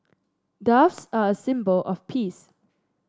doves are a symbol of peace